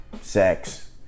sex